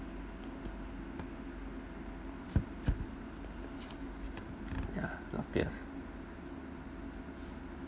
luckiest